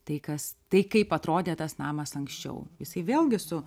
tai kas tai kaip atrodė tas namas anksčiau jisai vėlgi su